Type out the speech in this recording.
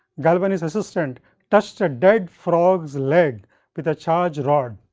galvin's assistant touched a dead frogs leg with a charged rod,